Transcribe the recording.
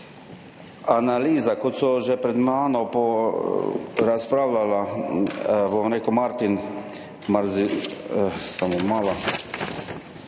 Hvala